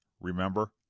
remember